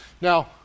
Now